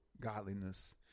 godliness